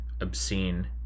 obscene